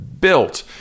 Built